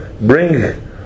bring